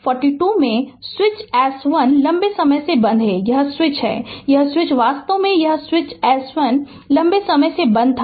तो आंकड़ा 42 में स्विच एस 1 लंबे समय से बंद है यह स्विच है यह स्विच वास्तव में यह स्विच एस 1 लंबे समय से बंद था